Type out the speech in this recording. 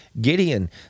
Gideon